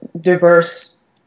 diverse